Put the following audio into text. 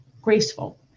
Graceful